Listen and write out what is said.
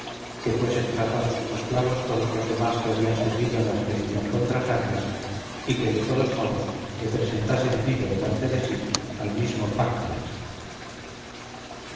que fuesen tratados como esclavos todos los demás que habían servido en la expedición contra sardes y que de todos modos le presentasen vivo delante de sí al mismo